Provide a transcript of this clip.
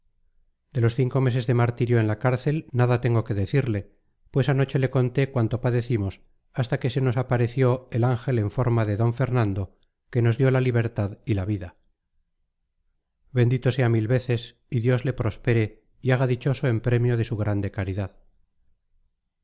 de los cinco meses de martirio en la cárcel nada tengo que decirle pues anoche le conté cuánto padecimos hasta que se nos apareció el ángel en forma de d fernando que nos dio la libertad y la vida bendito sea mil veces y dios le prospere y haga dichoso en premio de su grande caridad